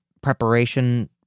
preparation